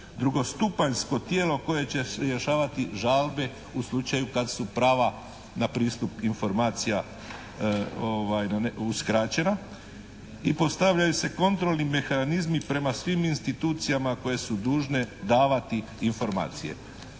drugostupanjsko tijelo koje će rješavati žalbe u slučaju kad su prava na pristup informacijama uskraćena i postavljaju se kontrolni mehanizmi prema svim institucijama koje su dužne davati informacije.